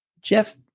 Jeff